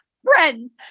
friends